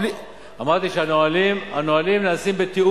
אמרתי שהנהלים נעשים בתיאום,